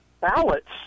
ballots